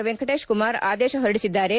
ವೆಂಕಟೇಶ ಕುಮಾರ ಆದೇಶ ಹೊರಡಿಸಿದ್ದಾರೆ